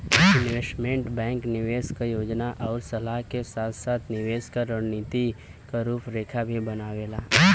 investment bank निवेश क योजना आउर सलाह के साथ साथ निवेश क रणनीति क रूपरेखा भी बनावेला